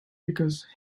because